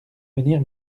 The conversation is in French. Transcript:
venir